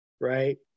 right